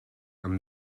amb